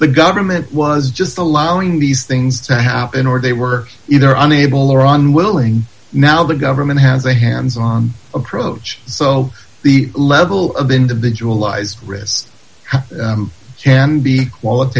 the government was just allowing these things to happen or they were either unable or unwilling now the government has a hands on approach so the level of individualized risk can be quali